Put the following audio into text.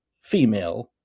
female